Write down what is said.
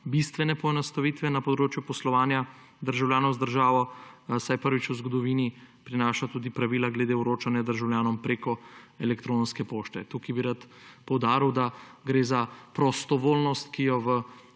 bistvene poenostavitve na področju poslovanja državljanov z državo, saj prvič v zgodovini prinaša tudi pravila glede vročanja državljanom preko elektronske pošte. Tukaj bi rad poudaril, da gre za prostovoljnost, ki jo v